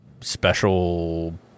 special